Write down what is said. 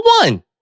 one